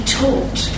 taught